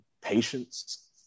patience